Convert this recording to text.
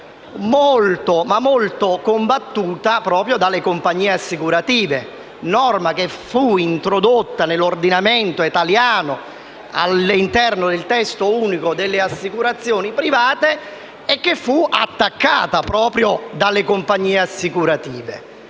norma molto combattuta dalle compagnie assicurative, che fu introdotta nell'ordinamento italiano all'interno del testo unico sulle assicurazioni private e che fu attaccata proprio dalle compagnie assicurative.